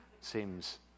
seems